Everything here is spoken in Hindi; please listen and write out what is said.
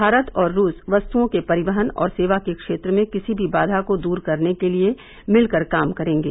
भारत और रूस वस्तुओं के परिवहन और सेवा के क्षेत्र में किसी भी बाधा को दूर करने के लिए मिलकर काम करेंगे